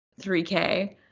3K